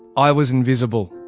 i was invisible.